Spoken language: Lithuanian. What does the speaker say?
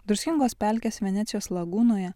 druskingos pelkės venecijos lagūnoje